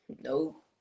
nope